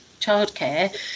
childcare